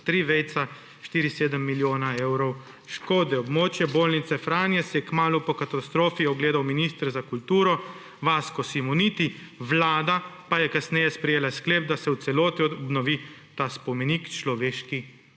za 3,47 milijona evrov škode«, »območje bolnice Franja si je kmalu po katastrofi ogledal minister za kulturo Vasko Simoniti, Vlada pa je kasneje sprejela sklep, da se v celoti obnovi ta spomenik človeški